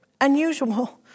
unusual